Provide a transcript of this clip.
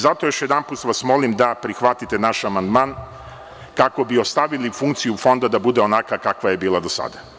Zato vas još jedanput molim da prihvatite naš amandman, kako bi ostavili funkciju Fonda da bude onakva kakva je bila do sada.